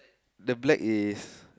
the black is